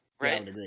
right